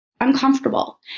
uncomfortable